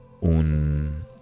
un